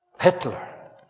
Hitler